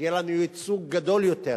שיהיה לנו ייצוג גדול יותר,